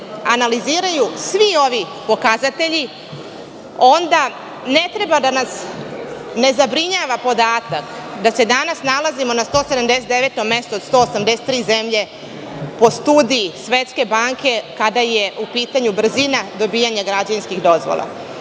analiziraju svi ovi pokazatelji, onda ne treba da nas ne zabrinjava podatak da se danas nalazimo na 179. mestu od 183 zemlje po studiji Svetske banke kada je u pitanju brzina dobijanja građevinskih dozvola. Zaista